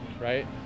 right